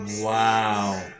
Wow